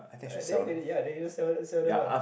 uh then you get it ya then you just sell them sell them ah